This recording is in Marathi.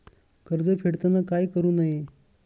कर्ज फेडताना काय करु नये?